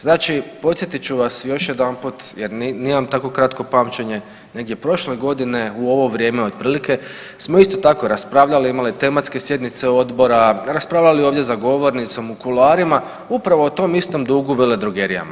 Znači, podsjetit ću vas još jedanput jer nije vam tako kratko pamćenje, negdje prošle godine u ovo vrijeme otprilike smo isto tako raspravljali, imali tematske sjednice odbora, raspravljali ovdje za govornicom, u kuloarima upravo o tom istom dugu veledrogerijama.